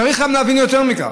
צריך גם להבין יותר מכך,